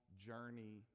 journey